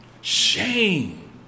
shame